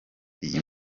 iyi